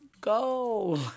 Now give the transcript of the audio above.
go